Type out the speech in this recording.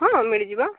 ହଁ ମିଳିଯିବ